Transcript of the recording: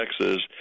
Texas